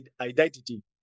identity